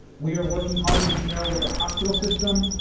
we are working hard as you know with our hospital system.